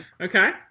Okay